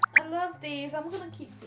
i love these i'm going to keep